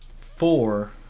four